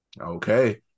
Okay